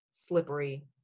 Slippery